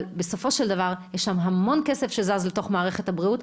אבל בסופו של דבר יש שם המון כסף שזז לתוך מערכת הבריאות,